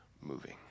moving